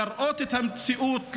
לראות את המציאות,